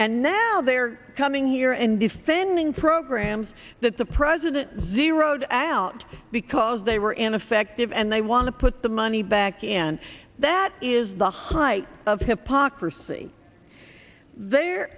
and now they're coming here and defending programs that the president zeroed out because they were ineffective and they want to put the money back and that is the height of hypocrisy there